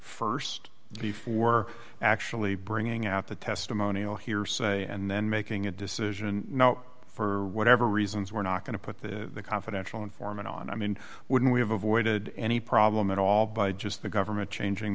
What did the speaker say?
st before actually bringing out the testimonial hearsay and then making a decision now for whatever reasons we're not going to put the confidential informant on i mean wouldn't we have avoided any problem at all by just the government changing